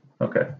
Okay